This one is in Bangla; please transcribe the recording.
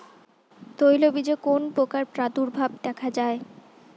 তৈলবীজে কোন পোকার প্রাদুর্ভাব দেখা যায়?